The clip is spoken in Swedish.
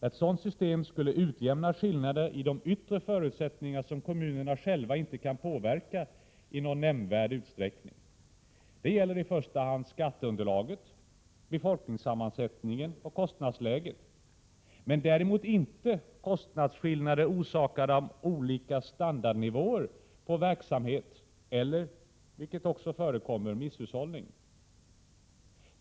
Ett sådant system skulle utjämna skillnader i de yttre förutsättningarna som kommunerna inte själva kan påverka i någon nämnvärd utsträckning. Det gäller i första hand skatteunderlaget, befolkningssammansättningen och kostnadsläget. Det gäller däremot inte kostnadsskillnader orsakade av olika standardnivåer på verksamheten eller, vilket också förekommer, misshushållning.